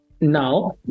now